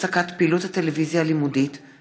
זכאות לאם יחידנית המקבלת תשלומי מזונות מהמוסד לביטוח לאומי),